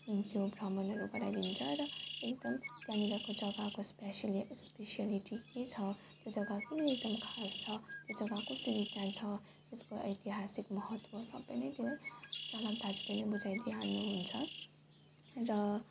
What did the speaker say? त्यो भ्रमणहरू गराइदिन्छ र एकदम त्यहाँनेरको जगाको स्पेसियल स्पेसिएलिटी के छ त्यो जगा किन एकदम खास छ त्यो जगा कसरी त्यहाँ छ त्यसको ऐतिहासिक महत्त्व सब नै त्यो चालक दाजुले नै बुझाइदिइ हाल्नु हुन्छ र